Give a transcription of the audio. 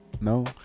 No